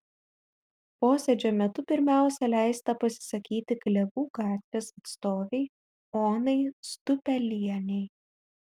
posėdžio metu pirmiausia leista pasisakyti klevų gatvės atstovei onai stupelienei